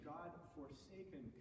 God-forsaken